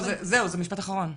לא, זהו, זה משפט אחרון.